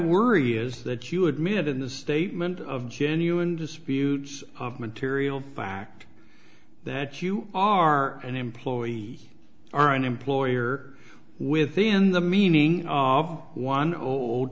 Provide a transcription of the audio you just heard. worry is that you admit in the statement of genuine disputes of material fact that you are an employee or an employer within the meaning of one o